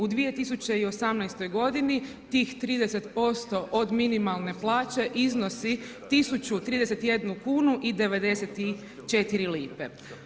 U 2018. godini tih 30% od minimalne plaće iznosi 1031 kunu i 94 lipe.